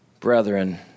Brethren